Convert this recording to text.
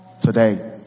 today